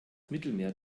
mittelmeer